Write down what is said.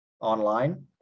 online